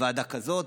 ועדה כזאת,